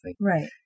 Right